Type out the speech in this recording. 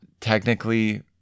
Technically